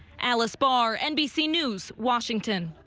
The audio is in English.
alice barr nbc news washington.